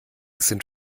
sind